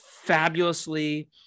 fabulously